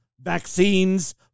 vaccines